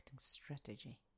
strategy